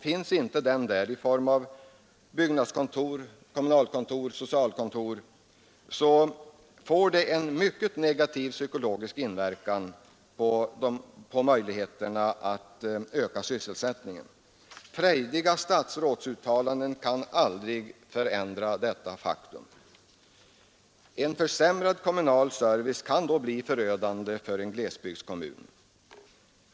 Finns inte den i form av byggnadskontor, kommunalkontor, socialkontor, får detta en mycket negativ psykologisk verkan. Frejdiga statsrådsuttalanden kan aldrig förändra detta faktum. En försämrad kommunal service kan bli förödande för en glesbygdskommun.